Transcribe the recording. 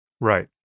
Right